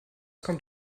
kommt